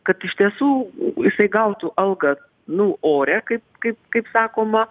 kad iš tiesų jisai gautų algą nu orią kaip kaip kaip sakoma